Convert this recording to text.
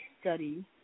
study